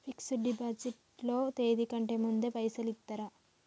Fix డ్ deposit లో తేది కంటే ముందే పైసలు ఇత్తరా?